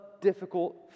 difficult